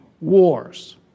wars